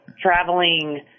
traveling